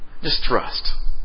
Distrust